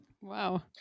Wow